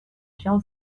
jail